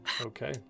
Okay